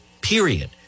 period